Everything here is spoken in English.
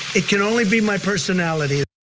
it can only be my personality.